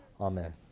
Amen